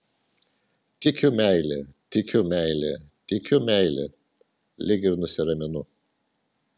tikiu meile tikiu meile tikiu meile lyg ir nusiraminu